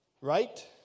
right